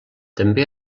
també